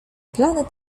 plany